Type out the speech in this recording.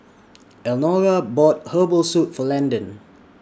Elnora bought Herbal Soup For Landyn